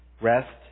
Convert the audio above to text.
Rest